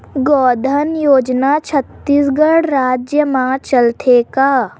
गौधन योजना छत्तीसगढ़ राज्य मा चलथे का?